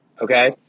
Okay